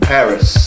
Paris